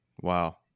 Wow